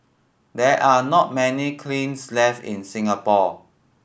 there are not many kilns left in Singapore